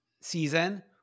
season